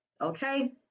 okay